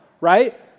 right